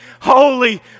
Holy